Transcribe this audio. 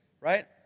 Right